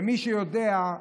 מי שיודע,